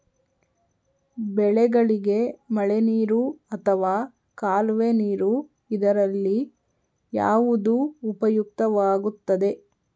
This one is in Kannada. ಬೆಳೆಗಳಿಗೆ ಮಳೆನೀರು ಅಥವಾ ಕಾಲುವೆ ನೀರು ಇದರಲ್ಲಿ ಯಾವುದು ಉಪಯುಕ್ತವಾಗುತ್ತದೆ?